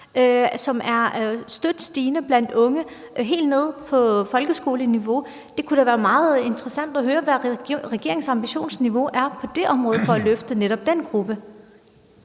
der er støt stigende blandt unge helt nede på folkeskoleniveau. Det kunne da være meget interessant at høre, hvad regeringens ambitionsniveau er på det område med henblik på at løfte netop den gruppe.